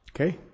Okay